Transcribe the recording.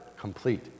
complete